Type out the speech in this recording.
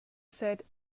said